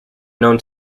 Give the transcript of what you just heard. known